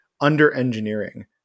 under-engineering